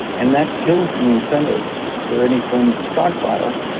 and that kills the incentive for any firm to stockpile,